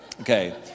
Okay